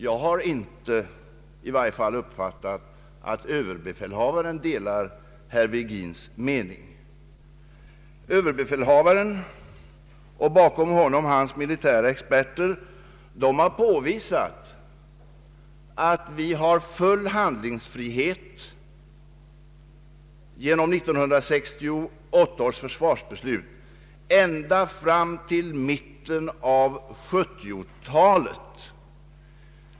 Jag har i varje fall inte uppfattat att överbefälhavaren delar herr Virgins mening. Överbefälhavaren — och bakom honom hans militära experter — har påvisat att vi genom 1968 års försvarsbeslut har full handlingsfrihet ända fram till mitten av 1970 talet.